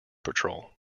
patrol